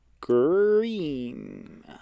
green